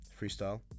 freestyle